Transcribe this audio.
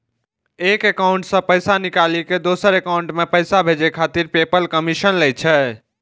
एक एकाउंट सं पैसा निकालि कें दोसर एकाउंट मे पैसा भेजै खातिर पेपल कमीशन लै छै